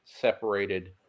separated